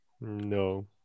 No